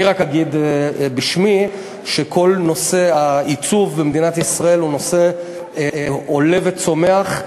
אני רק אגיד בשמי שכל נושא העיצוב במדינת ישראל הוא נושא עולה וצומח,